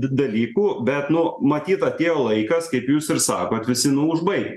dalykų bet nu matyt atėjo laikas kaip jūs ir sakot visi nu užbaigt